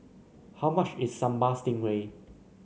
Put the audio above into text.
how much is Sambal Stingray